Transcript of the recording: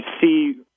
see